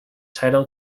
title